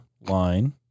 line